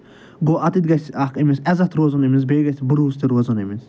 گوٚو اَتٮ۪تھ گژھِ اکھ أمِس عزَت روزُن أمِس بیٚیہِ گژھِ بَروسہٕ تہِ روزُن أمِس